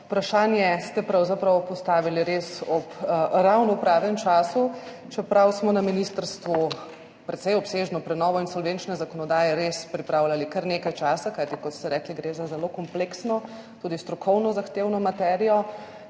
Vprašanje ste pravzaprav postavili res ob ravno pravem času, čeprav smo na ministrstvu precej obsežno prenovo insolvenčne zakonodaje res pripravljali kar nekaj časa. Kajti kot ste rekli, gre za zelo kompleksno, tudi strokovno zahtevno materijo,